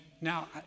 now